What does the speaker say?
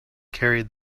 carried